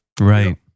right